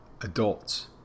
adults